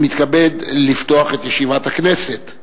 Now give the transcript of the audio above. אני מתכבד לפתוח את ישיבת הכנסת.